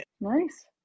Nice